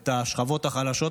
את השכבות החלשות,